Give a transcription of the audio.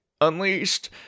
Unleashed